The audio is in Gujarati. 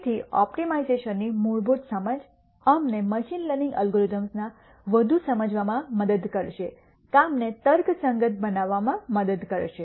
તેથી ઓપ્ટિમાઇઝેશનની મૂળભૂત સમજ અમને મશીન લર્નિંગ એલ્ગોરિધમ્સના વધુ સમજવામાં મદદ કરશે કામને તર્કસંગત બનાવવામાં મદદ કરશે